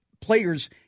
players